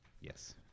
Yes